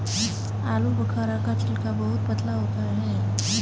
आलूबुखारा का छिलका बहुत पतला होता है